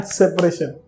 separation